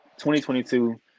2022